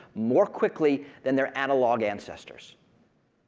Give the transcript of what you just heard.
more quickly than their analog ancestors.